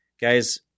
Guys